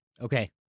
Okay